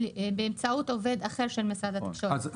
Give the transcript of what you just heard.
באמצעות עובד אחר של משרד התקשורת.